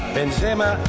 Benzema